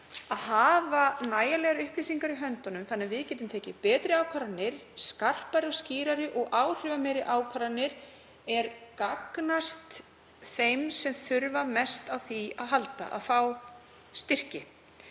að hafa nægjanlegar upplýsingar í höndunum þannig að við getum tekið betri ákvarðanir, skarpari og skýrari og áhrifameiri ákvarðanir er gagnast þeim sem þurfa mest á því að halda að fá styrki